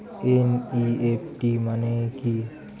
NEFT মনে কি?